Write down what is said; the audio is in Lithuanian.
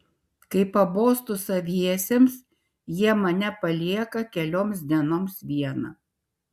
kai pabostu saviesiems jie mane palieka kelioms dienoms vieną